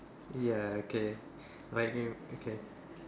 ya okay like him okay